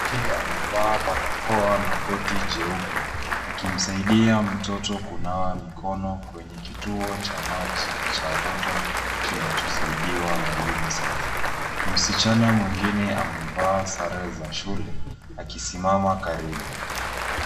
Mwanamke amevaa barakoa na koti jeupe, akimsaidia mtoto kunawa mikono kwenye kituo cha maji cha rotto kinachosaidiwa na UNICEF. Msichana mwingine amevaa sare za shule, akisimama karibu.